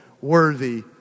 worthy